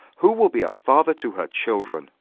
who will be a father to her children?